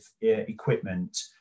equipment